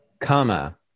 comma